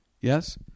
Yes